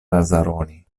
lazaroni